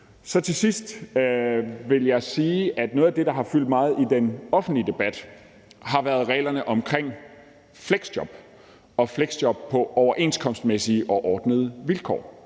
om. Til sidst vil jeg sige, at noget af det, der har fyldt meget i den offentlige debat, har været reglerne omkring fleksjob og fleksjob på overenskomstmæssige og ordnede vilkår.